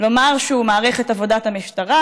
לומר שהוא מעריך את עבודת המשטרה,